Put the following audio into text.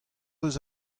eus